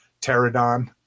pterodon